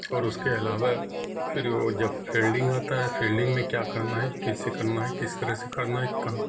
اور اس کے علاوہ پھر وہ جب فیلڈنگ آتا ہے فیلڈنگ میں کیا کرنا ہے کیسے کرنا ہے کس طرح سے کرنا ہے کہاں